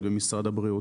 התשפ"ב-2021.